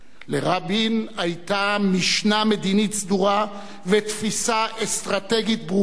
לרבין היתה משנה מדינית סדורה ותפיסה אסטרטגית ברורה,